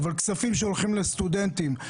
אבל כספים שהולכים לסטודנטים,